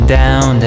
down